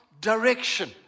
direction